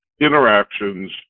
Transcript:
interactions